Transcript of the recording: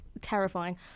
terrifying